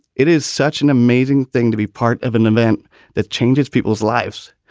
it is such an amazing thing to be part of an event that changes people's lives.